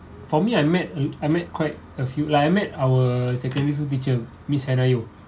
for me I met I met quite a few like I met our secondary school teacher miss hannah yeoh